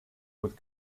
with